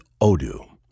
Odoo